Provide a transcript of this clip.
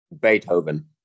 Beethoven